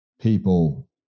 people